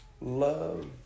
Love